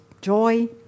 joy